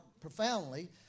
profoundly